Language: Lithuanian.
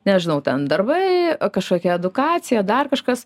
nežinau ten darbai kažkokia edukacija dar kažkas